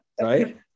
Right